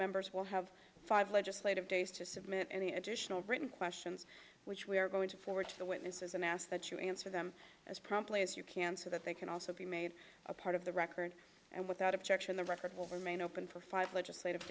members will have five legislative days to submit any additional written questions which we are going to forward to the witnesses and ask that you answer them as promptly as you can so that they can also be made a part of the record and without objection the record will remain open for five legislative